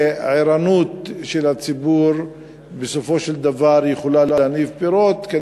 וערנות של הציבור יכולות להניב פירות בסופו של דבר,